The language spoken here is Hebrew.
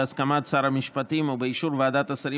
בהסכמת שר המשפטים ובאישור ועדת השרים